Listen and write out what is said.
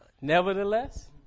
nevertheless